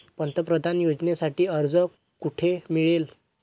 पंतप्रधान योजनेसाठी अर्ज कुठे मिळेल?